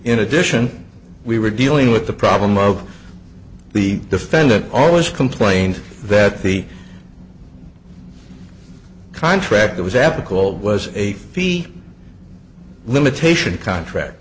in addition we were dealing with the problem of the defendant always complained that the contract was applicable was a fee limitation contract